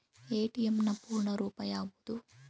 ATM ನ ಪೂರ್ಣ ರೂಪ ಯಾವುದು?